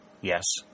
Yes